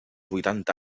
vuitanta